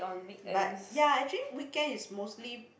but ya actually weekend is mostly